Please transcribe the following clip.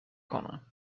کنن